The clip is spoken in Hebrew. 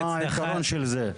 מה העקרון של זה?